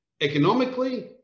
economically